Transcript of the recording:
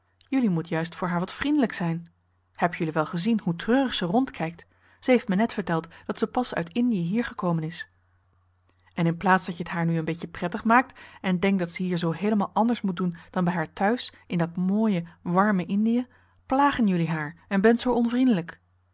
jullie moet juist voor haar wat vriendelijk zijn heb jullie wel gezien hoe treurig ze rondkijkt ze heeft me net verteld dat ze pas uit indië hier gekomen is en in plaats dat je het haar nu een beetje prettig maakt en denkt dat ze hier zoo heelemaal anders moet doen dan bij haar thuis in dat mooie warme indie plagen jullie haar en bent zoo